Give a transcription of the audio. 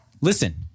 listen